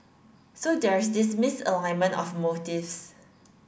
so there's this misalignment of motives